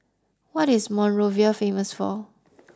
what is Monrovia famous for